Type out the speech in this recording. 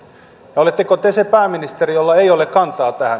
oletteko te se pääministeri jolla ei ole kantaa tähän